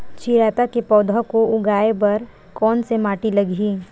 चिरैता के पौधा को उगाए बर कोन से माटी लगही?